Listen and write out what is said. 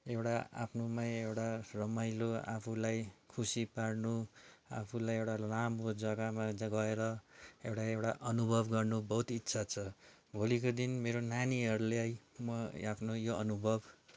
एउटा आफ्नोमा एउटा रमाइलो आफूलाई खुसी पार्नु आफूलाई एउटा लामो जग्गामा गएर एउटा एउटा अनुभव गर्नु बहुत इच्छा छ भोलिको दिन मेरो नानीहरूलाई म आफ्नो यो अनुभव